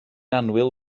annwyl